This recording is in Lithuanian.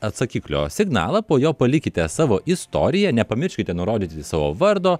atsakiklio signalą po jo palikite savo istoriją nepamirškite nurodyti savo vardo